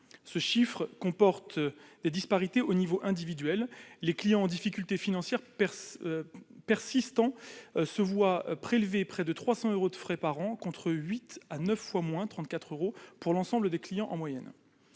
Ce chiffre comporte des disparités au niveau individuel : les clients en difficulté financière persistante se voient prélever près de 300 euros de frais par an, contre huit à neuf fois moins- 34 euros -pour l'ensemble des clients en moyenne.